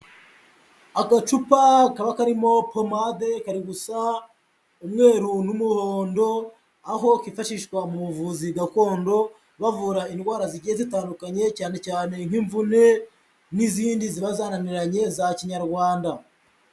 Agacupa kaba karimo pomade kari gusa umweru n'umuhondo, aho kifashishwa mu buvuzi gakondo, bavura indwara zigiye zitandukanye cyane cyane nk'imvune n'izindi ziba zananiranye za Kinyarwanda.